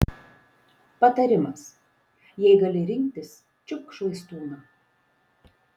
patarimas jei gali rinktis čiupk švaistūną